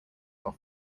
off